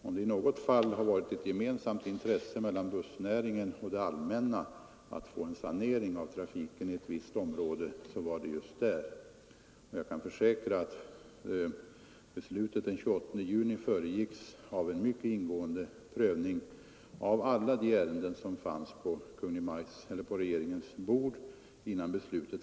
Om det i något fall har varit ett gemensamt intresse för bussnäringen och det allmänna att få en sanering av trafiken i ett visst område, så var det just där. Jag kan försäkra att beslutet den 28 juni föregicks av en mycket ingående prövning av alla de ärenden som fanns på regeringens bord.